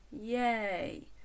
yay